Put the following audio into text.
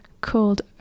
called